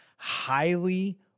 highly